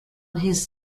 his